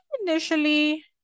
initially